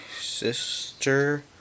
sister